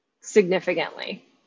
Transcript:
Significantly